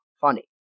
funny